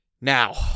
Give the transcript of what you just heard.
Now